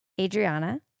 Adriana